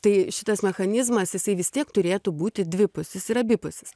tai šitas mechanizmas jisai vis tiek turėtų būti dvipusis ir abipusis